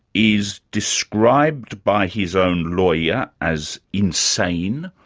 is described by his own lawyer as insane,